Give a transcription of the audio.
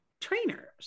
trainers